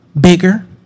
bigger